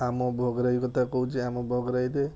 ଆମ ଭୋଗରାଇ କଥା କହୁଛି ଆମ ଭୋଗରାଇରେ